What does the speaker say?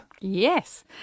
Yes